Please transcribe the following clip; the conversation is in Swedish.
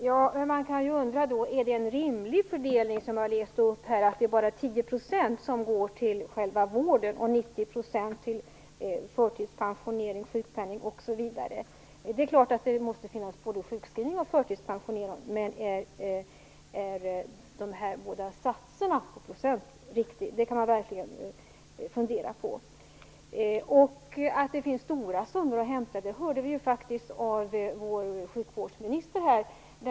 Herr talman! Är det en rimlig fördelning att, som jag nyss citerade, bara 10 % går till själva vården, medan 90 % går till förtidspensionering, sjukpenning osv.? Det är klart att det måste finnas sjukskrivna och förtidspensionerade, men om de båda procentsatserna är riktiga kan man verkligen fundera över. Att det finns stora summor att hämta hörde vi faktiskt av vår sjukvårdsminister här.